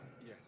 Yes